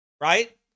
Right